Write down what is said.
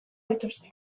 dituzte